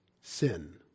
sin